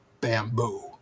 Bamboo